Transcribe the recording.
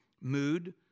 mood